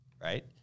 right